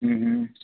हूं हूं